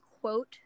quote